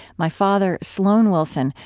my father, sloan wilson,